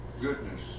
goodness